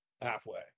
halfway